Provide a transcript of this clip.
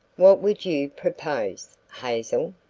what would you propose, hazel?